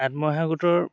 আত্মসহায়ক গোটৰ